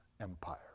empire